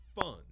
fun